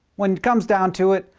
when it comes down to it,